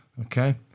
Okay